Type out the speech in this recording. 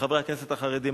לחברי הכנסת החרדים.